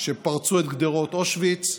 שפרצו את גדרות אושוויץ,